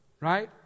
right